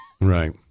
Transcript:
Right